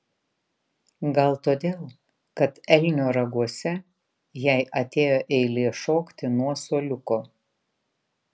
gal todėl kad elnio raguose jai atėjo eilė šokti nuo suoliuko